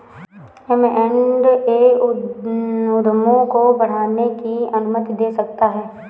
M and A उद्यमों को बढ़ाने की अनुमति दे सकता है